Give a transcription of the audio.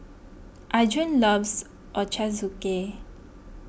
Arjun loves Ochazuke